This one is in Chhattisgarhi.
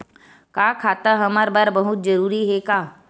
का खाता हमर बर बहुत जरूरी हे का?